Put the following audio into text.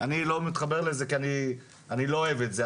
אני לא מתחבר לזה כי אני לא אוהב את זה,